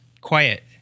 quiet